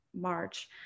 March